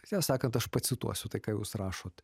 sia sakant aš pacituosiu tai ką jūs rašot